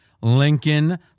Lincoln